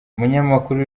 umunyamakuru